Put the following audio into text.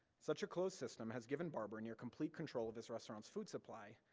such a closed system has given barber a near-complete control of his restaurant's food supply,